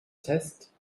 test